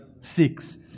Six